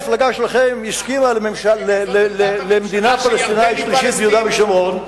בוודאי המפלגה שלכם הסכימה למדינה פלסטינית שלישית ביהודה ושומרון.